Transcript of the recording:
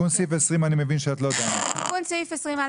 תיקון סעיף 21. אני מבין שאת לא דנה בתיקון סעיף 20?